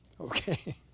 Okay